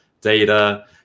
data